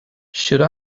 should